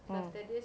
mm